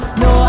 no